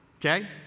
Okay